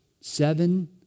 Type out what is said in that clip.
seven